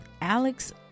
Alex